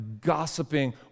gossiping